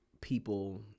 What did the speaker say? people